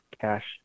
cash